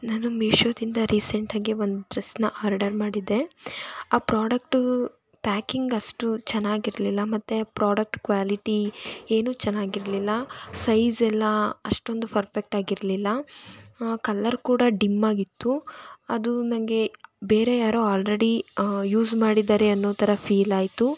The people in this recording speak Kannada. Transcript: ನಾನು ಮೀಶೋದಿಂದ ರೀಸೆಂಟಾಗಿ ಒಂದು ಡ್ರೆಸ್ನ ಹಾರ್ಡರ್ ಮಾಡಿದ್ದೆ ಆ ಪ್ರೋಡಕ್ಟೂ ಪ್ಯಾಕಿಂಗ್ ಅಷ್ಟು ಚೆನ್ನಾಗಿರ್ಲಿಲ್ಲ ಮತ್ತು ಪ್ರೋಡಕ್ಟ್ ಕ್ವಾಲಿಟಿ ಏನೂ ಚೆನ್ನಾಗಿರ್ಲಿಲ್ಲ ಸೈಝೆಲ್ಲ ಅಷ್ಟೊಂದು ಫರ್ಪೆಕ್ಟಾಗಿರಲಿಲ್ಲ ಕಲ್ಲರ್ ಕೂಡ ಡಿಮ್ಮಾಗಿತ್ತು ಅದು ನನಗೆ ಬೇರೆ ಯಾರೋ ಆಲ್ರೆಡಿ ಯೂಸ್ ಮಾಡಿದ್ದಾರೆ ಅನ್ನೋ ಥರ ಫೀಲಾಯಿತು